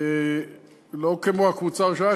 לא כמו הקבוצה הראשונה,